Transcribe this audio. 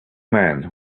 man